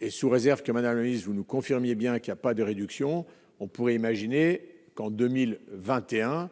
et sous réserve qu'Emmanuel Rist vous nous confirmiez, bien qu'il n'y a pas de réduction, on pourrait imaginer qu'en 2021,